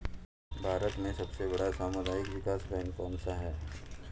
भारत में सबसे बड़ा सामुदायिक विकास बैंक कौनसा है?